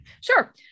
Sure